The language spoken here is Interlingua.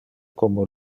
como